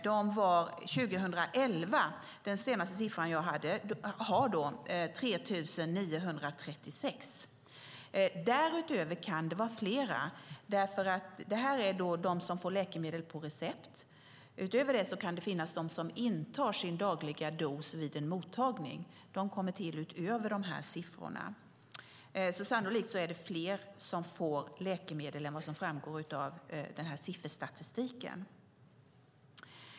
Den senaste siffran jag har är från 2011, och de var då 3 936. Det här är de som får läkemedel på recept. Därutöver kan det finnas de som intar sin dagliga dos vid en mottagning. De tillkommer utöver dessa siffror. Sannolikt är det fler som får läkemedel än vad som framgår av sifferstatistiken.